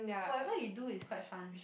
whatever you do is quite fun